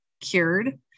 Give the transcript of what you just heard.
cured